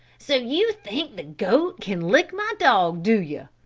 so you think the goat can lick my dog, do you?